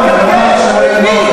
השר,